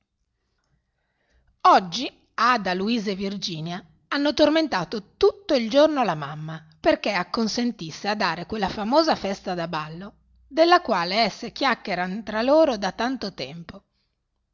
ottobre oggi ada luisa e virginia hanno tormentato tutto il giorno la mamma perché acconsentisse a dare quella famosa festa da ballo della quale esse chiacchieran tra loro da tanto tempo